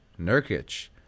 Nurkic